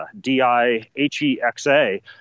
D-I-H-E-X-A